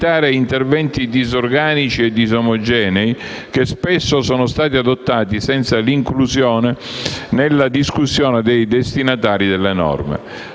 interventi disorganici e disomogenei che spesso sono stati adottati senza l'inclusione nella discussione dei destinatari delle norme.